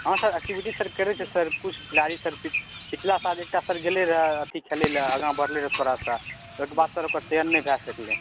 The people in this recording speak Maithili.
हँ सर एक्टिविटी सर करै छै सर किछु पिछले साल सर एकटा गेलै रह खेलै लए आगाँ बढ़लै रऽ थोड़ा सा ओकर बाद सर ओकर चयन नहि भए सकलै